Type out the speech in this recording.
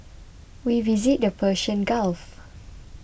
we visited the Persian Gulf